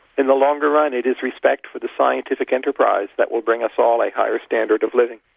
in the longer run it is respect for the scientific enterprise that will bring us all a higher standard of living.